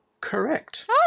Correct